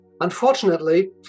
Unfortunately